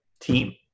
team